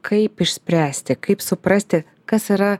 kaip išspręsti kaip suprasti kas yra